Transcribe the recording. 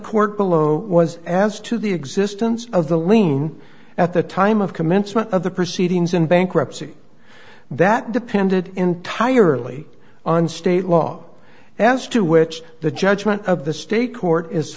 court below was as to the existence of the lien at the time of commencement of the proceedings in bankruptcy that depended entirely on state law as to which the judgment of the state court is